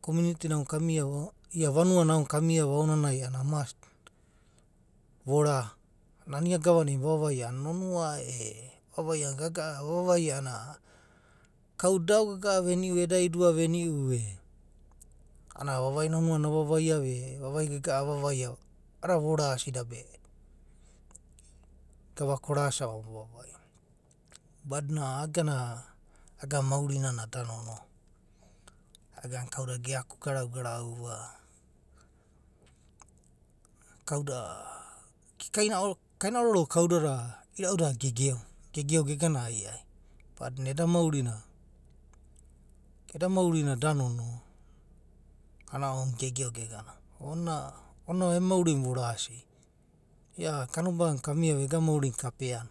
Community na aonanai kamiova, ia vanuana aonanai kaunaiva a’anana vast vora nana ia gava na vavaivaia a’anana nonoa e, vana vaia a’anana gaga’a, vava vaia a’anana kauda eda idua veniu, a’anana vavai nonoa avavai ava e, vaivai gaga’a avavaia, a’adada vonsida, gavaka onasiava a’anana vovavaia, badi nana iagana maurina na da nonoa. Iagana kauda ge’aku garau garau va kauda ge kaina ororo, kaina ororo da kaudada irau dada gegeo, gegeo ge gana ai ai badinana eda maurinai da nonoa a’adina ounanai gegeo gegana onina emu maurina vorasia ia kanobaganai kamiava ega maurina kapeano,